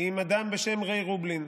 עם אדם בשם ריי רובלין.